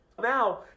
Now